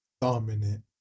Dominant